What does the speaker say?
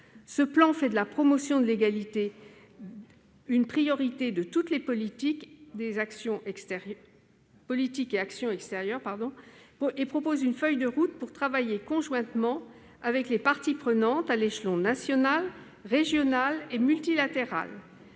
Ce plan fait de la promotion de l'égalité une priorité de toutes les politiques et actions extérieures et prévoit une feuille de route pour travailler conjointement avec les parties prenantes à l'échelon national, régional et multilatéral.